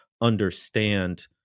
understand